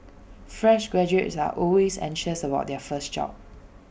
fresh graduates are always anxious about their first job